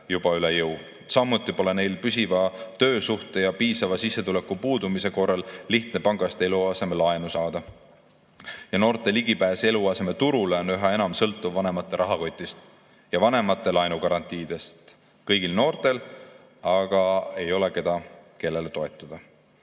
Samuti pole neil püsiva töösuhte ja piisava sissetuleku puudumise korral lihtne pangast eluasemelaenu saada. Noorte ligipääs eluasemeturule on üha enam sõltuv vanemate rahakotist ja vanemate laenugarantiidest. Kõigil noortel aga ei ole, kellele toetuda.